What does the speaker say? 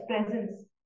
presence